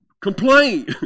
complain